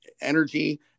energy